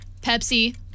Pepsi